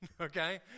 Okay